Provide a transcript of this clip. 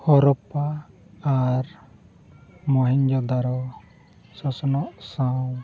ᱦᱚᱨᱚᱯᱯᱟ ᱟᱨ ᱢᱚᱦᱮᱧᱡᱳᱫᱟᱲᱳ ᱥᱚᱥᱚᱱᱚᱜ ᱥᱟᱶ